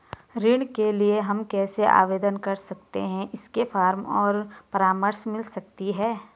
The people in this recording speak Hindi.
ऋण के लिए हम कैसे आवेदन कर सकते हैं इसके फॉर्म और परामर्श मिल सकती है?